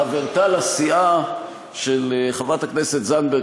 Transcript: חברתה לסיעה של חברת הכנסת זנדברג,